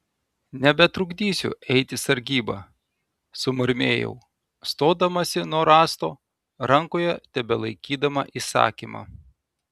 nebetrukdysiu eiti sargybą sumurmėjau stodamasi nuo rąsto rankoje tebelaikydama įsakymą